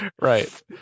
right